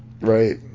right